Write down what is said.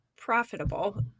profitable